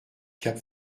cap